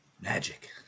Magic